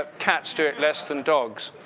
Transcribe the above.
ah cats do it less than dogs.